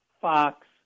Fox